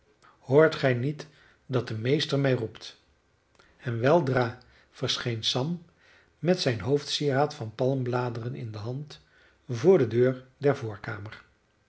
hoort gij niet dat de meester mij roept en weldra verscheen sam met zijn hoofdsieraad van palmbladeren in de hand voor de deur der